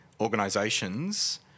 organisations